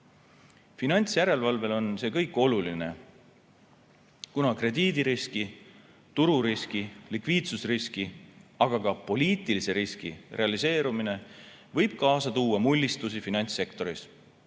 Finantsjärelevalvele on see kõik oluline, kuna krediidiriski, tururiski, likviidsusriski, aga ka poliitilise riski realiseerumine võib kaasa tuua mullistusi finantssektoris,